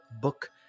book